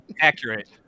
accurate